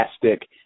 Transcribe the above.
fantastic